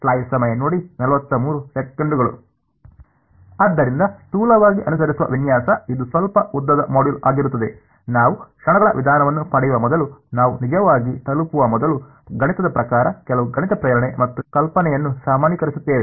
ಆದ್ದರಿಂದ ಸ್ಥೂಲವಾಗಿ ಅನುಸರಿಸುವ ವಿನ್ಯಾಸ ಇದು ಸ್ವಲ್ಪ ಉದ್ದದ ಮಾಡ್ಯೂಲ್ ಆಗಿರುತ್ತದೆ ನಾವು ಕ್ಷಣಗಳ ವಿಧಾನವನ್ನು ಪಡೆಯುವ ಮೊದಲು ನಾವು ನಿಜವಾಗಿ ತಲುಪುವ ಮೊದಲು ಗಣಿತದ ಪ್ರಕಾರ ಕೆಲವು ಗಣಿತ ಪ್ರೇರಣೆ ಮತ್ತು ಕಲ್ಪನೆಯನ್ನು ಸಾಮಾನ್ಯೀಕರಿಸುತ್ತೇವೆ